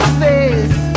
face